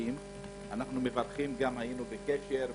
יש דיונים בעיקר במל"ל עם כל משרדי הממשלה.